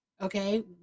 okay